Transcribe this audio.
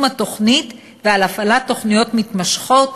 התוכנית ועל הפעלת תוכניות מתמשכות,